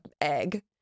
egg